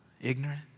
ignorant